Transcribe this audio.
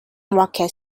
rocket